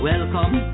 Welcome